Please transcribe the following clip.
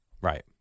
Right